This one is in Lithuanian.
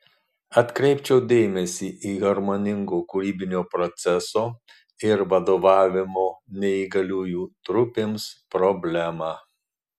atkreipčiau dėmesį į harmoningo kūrybinio proceso ir vadovavimo neįgaliųjų trupėms problemą